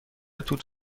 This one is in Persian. توت